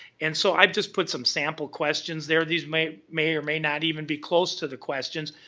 and so, i've just put some sample questions there. these may may or may not even be close to the questions.